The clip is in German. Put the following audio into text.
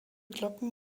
glocken